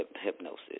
hypnosis